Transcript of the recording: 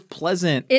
pleasant